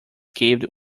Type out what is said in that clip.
carved